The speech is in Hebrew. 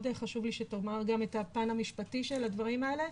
חשוב לי שתאמר גם את הפו המשפטי של הדברים האלה,